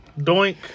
Doink